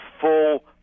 full